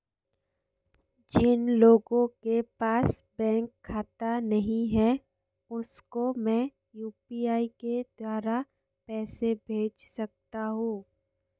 जिन लोगों के पास बैंक खाता नहीं है उसको मैं यू.पी.आई के द्वारा पैसे भेज सकता हूं?